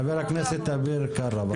חבר הכנסת אביר קארה, בבקשה.